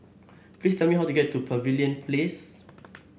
please tell me how to get to Pavilion Place